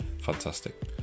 fantastic